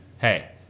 Hey